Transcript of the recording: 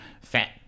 fat